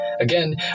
Again